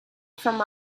from